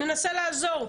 ננסה לעזור.